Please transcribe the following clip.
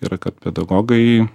yra kad pedagogai